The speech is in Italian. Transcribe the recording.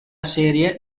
serie